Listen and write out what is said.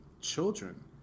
children